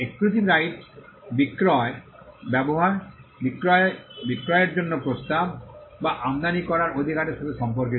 exclusive right বিক্রয় ব্যবহার বিক্রয় বিক্রয়ের জন্য প্রস্তাব বা আমদানি করার অধিকারের সাথে সম্পর্কিত